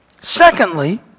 Secondly